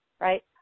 right